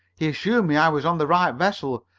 he assured me i was on the right vessel,